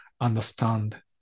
understand